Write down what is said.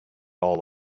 all